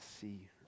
see